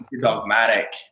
dogmatic